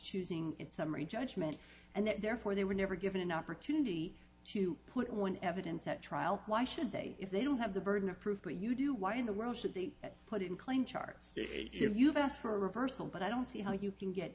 choosing in summary judgment and therefore they were never given an opportunity to put on evidence at trial why should they if they don't have the burden of proof that you do why in the world should they put it in clean charts that you've asked for a river but i don't see how you can get